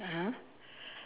(uh huh)